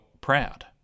proud